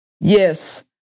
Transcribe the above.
Yes